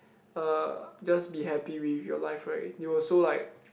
uh just be happy with your life right you also like